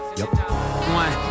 One